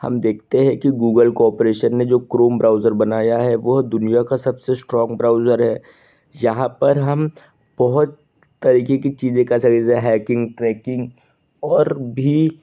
हम देखते हैं कि गूगल कोरपरेशन ने जो क्रोम ब्राउजर बनाया है वो दुनिया का सबसे स्ट्रॉंग ब्राउजर है यहाँ पर हम बहुत तरीके की चीज़ें कर सकते हैं जैसे हैकिंग ट्रैकिंग और भी